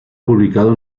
publicado